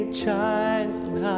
child